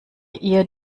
ihr